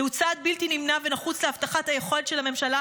זהו צעד בלתי נמנע ונחוץ להבטחת היכולת של הממשלה